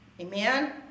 amen